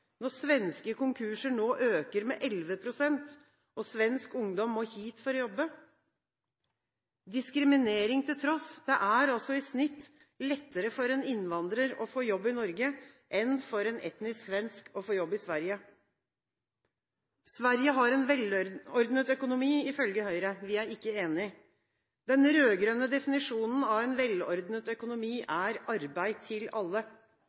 når svenske konkurser nå øker med 11 pst. og svensk ungdom må hit for å jobbe. Diskriminering til tross: Det er i snitt lettere for en innvandrer å få jobb i Norge enn for en etnisk svensk å få jobb i Sverige. Sverige har en velordnet økonomi, ifølge Høyre. Vi er ikke enige. Den rød-grønne definisjonen av en velordnet økonomi er arbeid til alle.